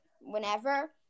whenever